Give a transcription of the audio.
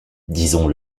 disons